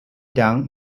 down